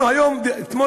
הלאה.